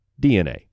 DNA